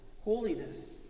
holiness